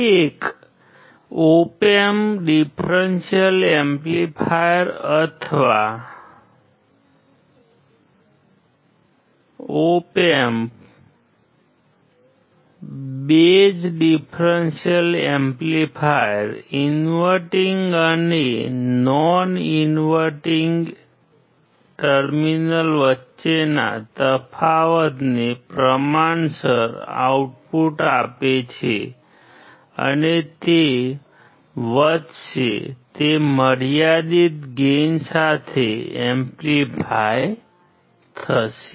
એક op amp differential amplifier અથવા op amp base differential amplifier inverting અને non inverting terminal વચ્ચેના તફાવતને પ્રમાણસર આઉટપુટ આપે છે અને તે વધશે તે મર્યાદિત ગેઇન સાથે એમ્પ્લીફાય થશે